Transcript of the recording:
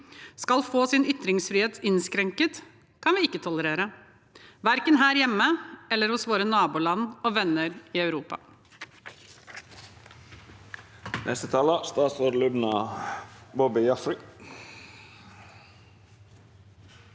skal få sin ytringsfrihet innskrenket, det kan vi ikke tolerere – verken her hjemme eller hos våre naboland og venner i Europa.